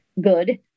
good